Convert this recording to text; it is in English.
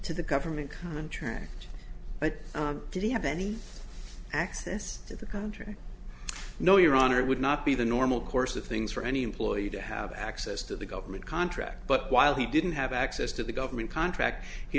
to the government contract but did he have any access to the country no your honor it would not be the normal course of things for any employee to have access to the government contract but while he didn't have access to the government contract he